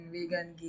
Vegan